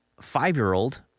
five-year-old